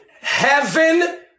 Heaven